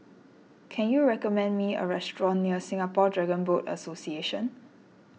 can you recommend me a restaurant near Singapore Dragon Boat Association